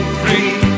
free